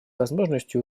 возможностью